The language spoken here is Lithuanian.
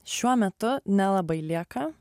šiuo metu nelabai lieka